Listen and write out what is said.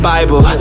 Bible